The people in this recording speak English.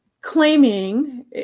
claiming